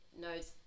knows